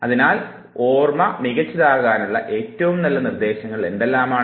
അതിനാൽ ഓർമ്മ മികച്ചതാകാനുള്ള ഏറ്റവും നല്ല നിർദ്ദേശങ്ങൾ എന്തെല്ലാമാണ്